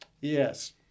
Yes